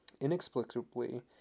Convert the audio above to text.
Inexplicably